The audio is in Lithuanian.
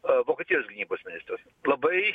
a vokietijos gynybos ministras labai